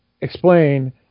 explain